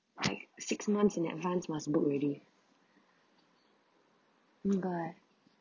like six months in advance must book already oh my god